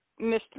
Mr